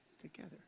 together